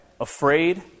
afraid